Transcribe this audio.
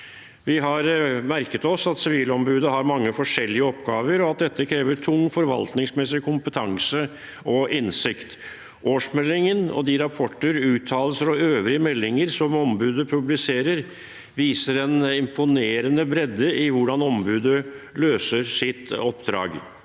Vi har merket oss at Sivilombudet har mange forskjellige oppgaver, og at dette krever tung forvaltningsmessig kompetanse og innsikt. Årsmeldingen og de rapporter, uttalelser og øvrige meldinger som ombudet publiserer, viser en imponerende bredde i hvordan ombudet løser sitt oppdrag.